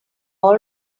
all